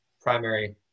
primary